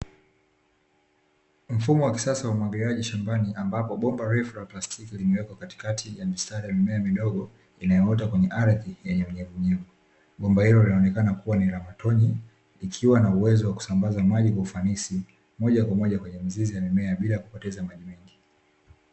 Mfumo wa kisasa wa umwagiliaji shambani, ambapo bomba refu la plastiki limewekwa katikati ya mistari ya mimea midogo inayoota kwenye ardhi yenye unyevunyevu. Bomba hilo linaonekana kuwa ni la matone, likiwa na uwezo wa kusambaza maji kwa ufanisi, moja kwa moja kwenye mizizi ya mimea bila kupoteza maji mengi.